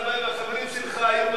הלוואי שהחברים שלך היו,